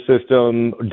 system